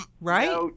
Right